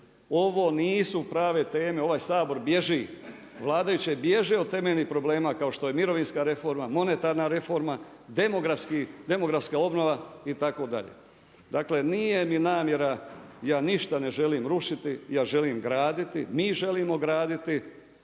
Ovo nisu prave teme, ovaj Sabor bježi, vladajući bježe od temeljnih problema kao što je mirovinska reforma, monetarna reforma, demografska obnova itd. Dakle nije mi namjera ja ništa ne želim rušiti, ja želim graditi, moramo napraviti